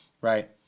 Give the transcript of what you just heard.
right